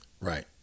right